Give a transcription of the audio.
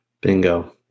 bingo